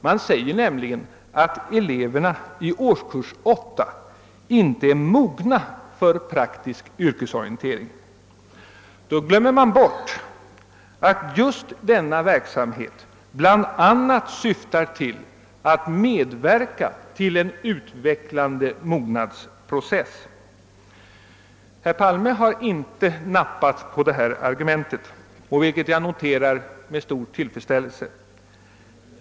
Man säger nämligen att eleverna i årskurs 8 inte är mogna för praktisk yrkesorientering. Då glömmer man bort att just denna verksamhet bland annat syftar till att medverka till en utvecklande mognadsprocess. Herr Palme har inte nappat på detta argument, vilket jag noterar med stor tillfredsställelse.